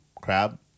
crab